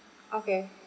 okay